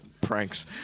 pranks